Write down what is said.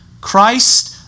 Christ